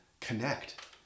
connect